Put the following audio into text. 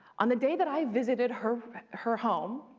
on the day that i visited her her home,